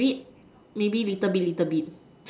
maybe maybe little bit little bit